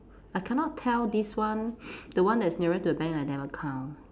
I cannot tell this one the one that's nearer to the bank I never count